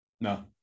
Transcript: No